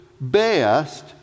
best